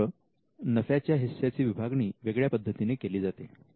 मात्र नफ्याच्या हिस्सा ची विभागणी वेगळ्या पद्धतीने केले जाते